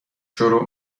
شروع